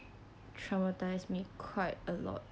traumatized me quite a lot